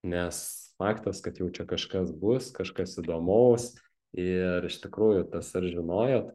nes faktas kad jau čia kažkas bus kažkas įdomaus ir iš tikrųjų tas ar žinojot